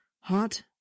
Hot